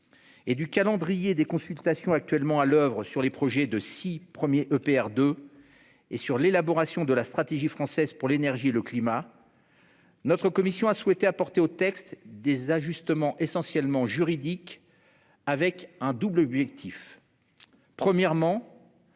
et du calendrier des consultations actuellement à l'oeuvre concernant les projets des six premiers EPR 2, ainsi que de l'élaboration de la stratégie française pour l'énergie et le climat, notre commission a souhaité apporter au texte des ajustements essentiellement juridiques, avec un double objectif : premièrement,